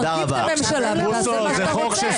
אז תרכיב את הממשלה ותעשה מה שאתה רוצה.